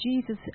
Jesus